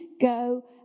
go